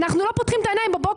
אנחנו לא פותחים את העיניים בבוקר